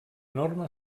norma